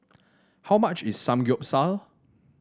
how much is Samgyeopsal